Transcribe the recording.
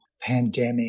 pandemic